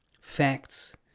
facts